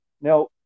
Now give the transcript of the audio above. Now